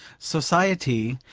society,